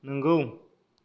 नोंगौ